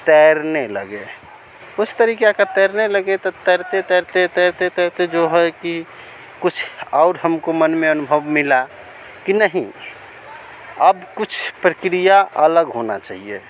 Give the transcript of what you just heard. तैरने लगे उस तरीक़े का तैरने लगे तो तैरते तैरते तैरते तैरते जो है कि कुछ और हमको मन में अनुभव मिला कि नहीं अब कुछ प्रक्रिया अलग होना चाहिए